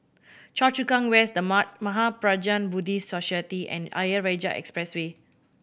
Choa Chu Kang West The Mahaprajna Buddhist Society and Ayer Rajah Expressway